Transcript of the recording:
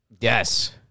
Yes